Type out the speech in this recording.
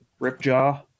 Ripjaw